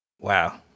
Wow